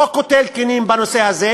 לא קוטל קנים בנושא הזה,